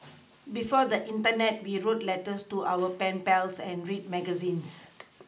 before the Internet we wrote letters to our pen pals and read magazines